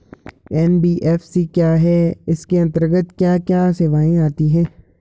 NBFC क्या है इसके अंतर्गत क्या क्या सेवाएँ आती हैं?